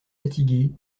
fatigués